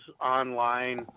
online